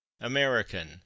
American